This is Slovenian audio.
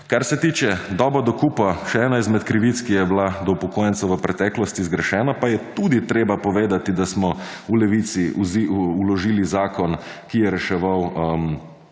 Kar se tiče doba dokupa, še ena izmed krivic, ki je bila do upokojencev v preteklosti zgrešena, pa je tudi treba povedati, da smo v Levici vložili zakon, ki je reševal